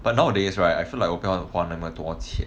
but nowadays right I feel like 我不要花那么多钱